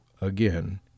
again